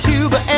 Cuba